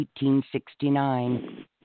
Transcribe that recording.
1869